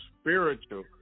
spiritual